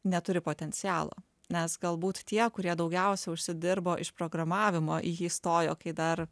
neturi potencialo nes galbūt tie kurie daugiausiai užsidirbo iš programavimo į jį stojo kai dar